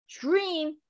Dream